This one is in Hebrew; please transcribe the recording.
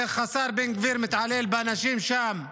איך השר בן גביר מתעלל באנשים שם,